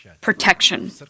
protection